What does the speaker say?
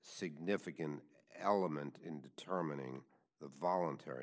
significant element in determining the voluntar